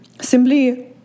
simply